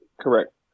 correct